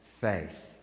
faith